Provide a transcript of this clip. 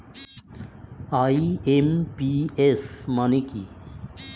IMPS মানে কি?